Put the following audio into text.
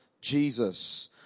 Jesus